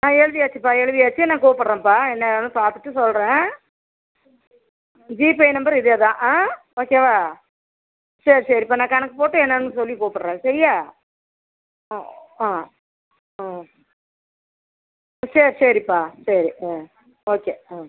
ஆ எழுதியாச்சிப்பா எழுதியாச்சு நான் கூப்பிட்றேன்ப்பா என்ன எதுன்னு பார்த்துட்டு சொல்கிறேன் ஜிபே நம்பர் இதே தான் ஆ ஓகேவா சரி சரிப்பா நான் கணக்கு போட்டு என்னன்னு சொல்லி கூப்பிட்றேன் சரியா ஆ ஆ ஆ சரி சரிப்பா சரி ஆ ஓகே ஆ